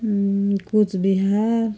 Cooch Behar